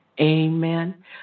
Amen